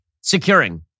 Securing